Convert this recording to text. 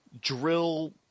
drill